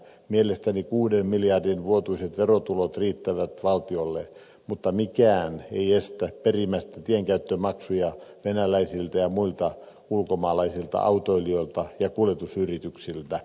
mielestäni kuuden miljardin vuotuiset verotulot riittävät valtiolle mutta mikään ei estä perimästä tienkäyttömaksuja venäläisiltä ja muilta ulkomaalaisilta autoilijoilta ja kuljetusyrityksiltä